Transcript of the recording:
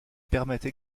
permettent